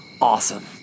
awesome